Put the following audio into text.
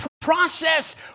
process